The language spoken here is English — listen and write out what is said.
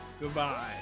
goodbye